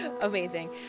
amazing